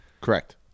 Correct